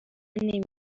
نمی